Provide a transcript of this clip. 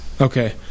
Okay